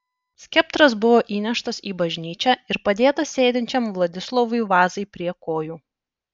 skeptras buvo įneštas į bažnyčią ir padėtas sėdinčiam vladislovui vazai prie kojų